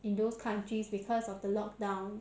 in those countries because of the lock down